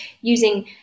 using